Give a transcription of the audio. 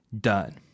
done